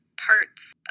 parts